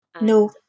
No